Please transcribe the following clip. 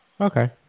okay